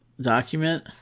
document